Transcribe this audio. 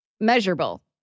Measurable